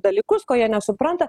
dalykus ko jie nesupranta